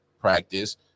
practice